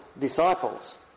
disciples